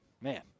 man